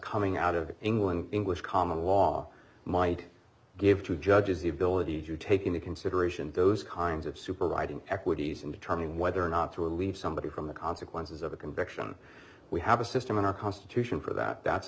coming out of england english common law might give two judges the ability to take into consideration those kinds of supervising equities in determining whether or not to relieve somebody from the consequences of a conviction we have a system in our constitution for that that's a